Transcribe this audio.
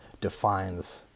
defines